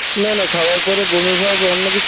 না না খাওয়ার পরে বমিভাব অন্য কিছু